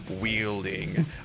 wielding